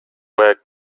work